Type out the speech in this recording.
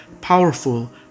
powerful